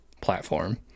platform